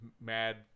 mad